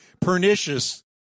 pernicious